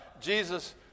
Jesus